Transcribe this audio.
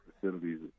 facilities